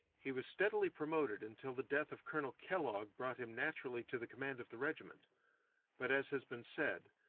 he was steadily promoted until the death of colonel kellogg brought him naturally to the command of the regiment but, as has been said,